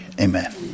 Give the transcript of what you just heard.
amen